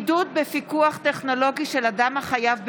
(בידוד בפיקוח טכנולוגי של אדם החייב בבידוד),